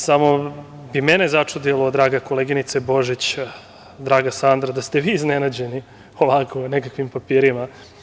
Samo bi mene začudilo, draga koleginice Božić, draga Sandra, da ste vi iznenađeni ovako nekakvim papirima.